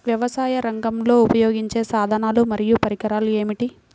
వ్యవసాయరంగంలో ఉపయోగించే సాధనాలు మరియు పరికరాలు ఏమిటీ?